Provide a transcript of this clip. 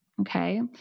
Okay